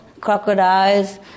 crocodiles